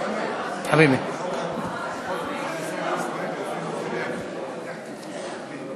הרבנות הראשית לישראל (תיקון,